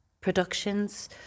productions